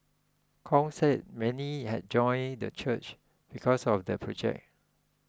Kong said many had joined the church because of the project